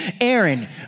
Aaron